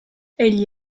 egli